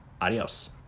adios